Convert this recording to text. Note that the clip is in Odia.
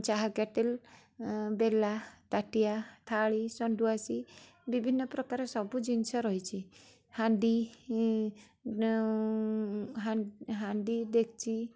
ଚାହା କ୍ୟାଟିଲ ଏଁ ବେଲା ତାଟିଆ ଥାଳି ଶଣ୍ଡୁଆଶି ବିଭିନ୍ନ ପ୍ରକାର ସବୁ ଜିନିଷ ରହିଛି ହାଣ୍ଡି ହାଣ୍ଡି ଡେକଚି